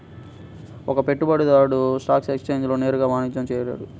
ఒక పెట్టుబడిదారు స్టాక్ ఎక్స్ఛేంజ్లలో నేరుగా వాణిజ్యం చేయలేరు